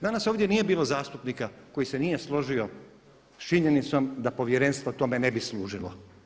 Danas ovdje nije bilo zastupnika koji se nije složio sa činjenicom da Povjerenstvo tome ne bi služilo.